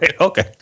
okay